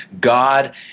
God